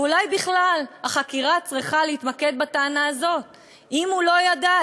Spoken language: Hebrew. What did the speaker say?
ואולי בכלל החקירה צריכה להתמקד בטענה הזאת: אם הוא לא ידע,